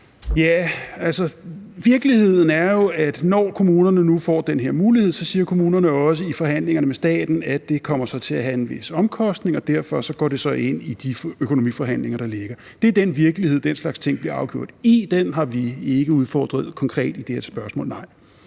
for det. Virkeligheden er jo, at kommunerne, når de nu får den her mulighed, så også siger i forhandlingerne med staten, at det kommer til at have en vis omkostning, og at det derfor går ind i de økonomiforhandlinger, der ligger. Det er den virkelighed, som den slags ting bliver afgjort i. Den har vi ikke udfordret konkret i det her spørgsmål, nej.